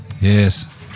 Yes